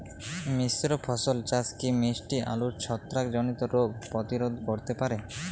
মিশ্র ফসল চাষ কি মিষ্টি আলুর ছত্রাকজনিত রোগ প্রতিরোধ করতে পারে?